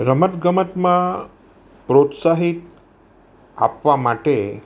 રમતગમતમાં પ્રોત્સાહિત આપવા માટે